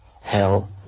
hell